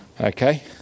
Okay